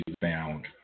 found